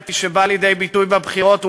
כפי שבא לידי ביטוי בבחירות,